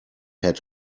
had